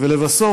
3. ולבסוף,